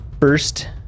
First